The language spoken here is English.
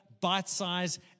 bite-sized